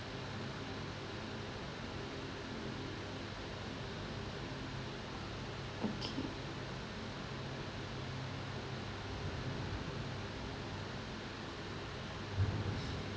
okay